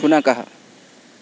शुनकः